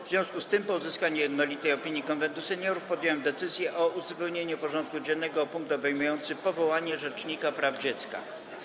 W związku z tym, po uzyskaniu jednolitej opinii Konwentu Seniorów, podjąłem decyzję o uzupełnieniu porządku dziennego o punkt obejmujący powołanie rzecznika praw dziecka.